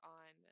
on